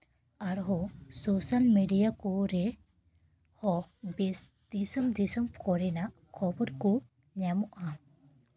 ᱟᱨᱦᱚᱸ social media ᱠᱚᱨᱮ ᱦᱚᱸ ᱵᱮᱥ ᱫᱤᱥᱚᱢ ᱫᱤᱥᱚᱢ ᱠᱚᱨᱮᱱᱟᱜ ᱠᱷᱚᱵᱚᱨ ᱠᱚ ᱧᱟᱢᱚᱜᱼᱟ